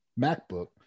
MacBook